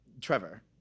Trevor